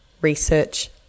research